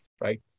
Right